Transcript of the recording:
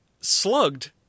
slugged